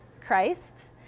Christ